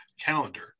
calendar